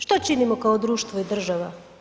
Što činimo kao društvo i država?